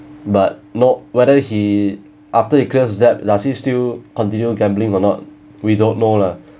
but not whether he after he clears his debt does he still continue gambling or not we don't know lah